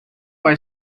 vai